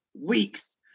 weeks